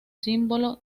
símbolo